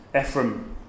Ephraim